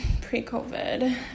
pre-covid